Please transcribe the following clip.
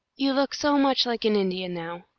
you look so much like an indian now,